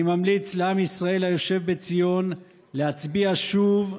אני ממליץ לעם ישראל היושב בציון להצביע שוב,